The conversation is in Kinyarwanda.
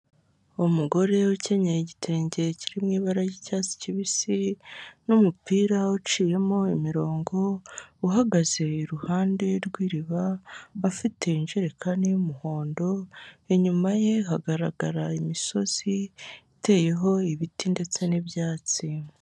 Umugore ukenyeye igitenge kiri mu ibara ry'icyatsi kibisi n'umupira uciyemo imirongo uhagaze iruhande rw'iriba afite injerekani y'umuhondo inyuma ye hagaragarara imisozi iteyeho ibiti ndetse n'ibyatsi.